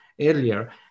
earlier